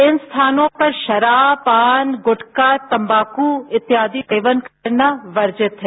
इन स्थानों पर शराब पान गुटखा तम्बाकू इत्यादि सेवन करना वर्जित है